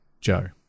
Joe